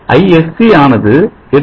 ISC ஆனது 8